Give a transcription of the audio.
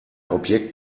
objekt